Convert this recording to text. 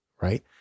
right